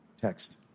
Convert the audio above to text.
text